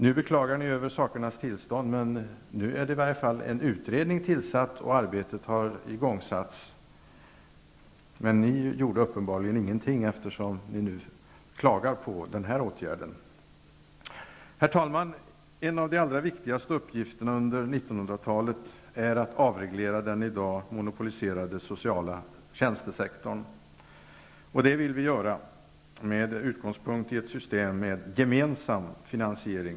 Nu beklagar ni er över sakernas tillstånd, men nu är i varje fall en utredning tillsatt, och arbetet har igångsatts. Men ni gjorde uppenbarligen ingenting, eftersom ni nu klagar på den här åtgärden. Herr talman! En av de allra viktigaste uppgifterna under 1900-talet är att avreglera den i dag monopoliserade sociala tjänstesektorn. Det vill vi göra med utgångspunkt i ett system med gemensam finansiering.